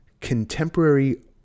contemporary